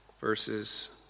verses